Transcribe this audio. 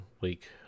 week